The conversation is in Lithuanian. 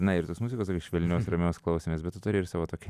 na ir tos muzikos tokios švelnios ramios klausėmės bet tu turi ir savo tokią